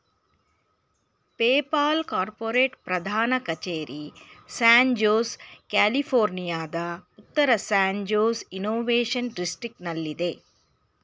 PayPal corporate ಪ್ರಧಾನ ಕಚೇರಿ San Jose, ಕ್ಯಾಲಿಫೋರ್ನಿಯಾದ ಉತ್ತರ ಸ್ಯಾನ್ ಜೋಸ್ ಇನ್ನೋವೇಶನ್ ಡಿಸ್ಟ್ರಿಕ್ಟನಲ್ಲಿದೆ